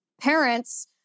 parents